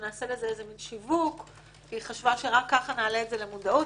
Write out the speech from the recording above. ושנעשה לזה מין שיווק כי היא חשבה שרק ככה נעלה את זה למודעות.